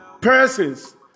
persons